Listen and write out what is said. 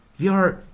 VR